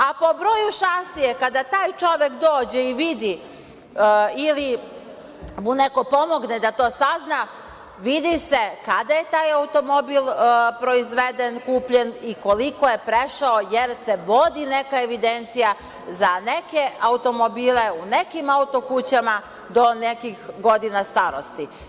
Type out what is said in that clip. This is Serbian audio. A, po broju šasije, kada taj čovek dođe i vidi ili mu neko pomogne da to sazna, vidi se kada je taj automobil proizveden, kupljen i koliko je prešao, jer se vodi neka evidencija za neke automobile, u nekim auto-kućama, do nekih godina starosti.